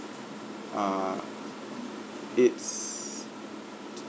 ah it's